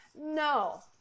no